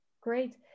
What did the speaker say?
Great